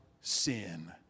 sin